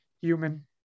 human